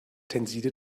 tenside